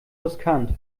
riskant